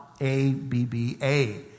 A-B-B-A